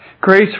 Grace